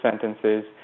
sentences